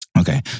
Okay